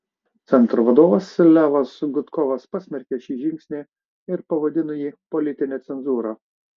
centro vadovas levas gudkovas pasmerkė šį žingsnį ir pavadino jį politine cenzūra